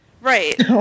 Right